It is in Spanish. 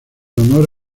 honor